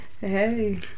hey